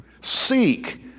Seek